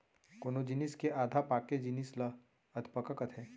कोनो जिनिस के आधा पाके जिनिस ल अधपका कथें